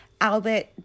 Albert